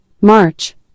march